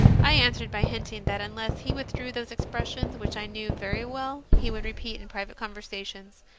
i answered by hinting that unless he withdrew those expressions, which i knew very well he would repeat in private conversations,